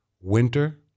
winter